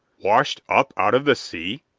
washed up out of the sea!